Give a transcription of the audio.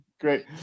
Great